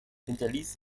hinterließ